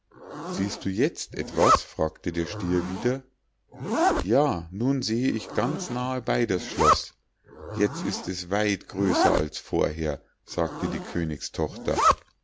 siehst du jetzt etwas fragte der stier wieder ja nun sehe ich ganz nahebei das schloß jetzt ist es weit größer als vorher sagte die königstochter